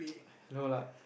no lah